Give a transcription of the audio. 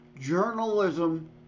Journalism